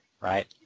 right